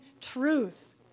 truth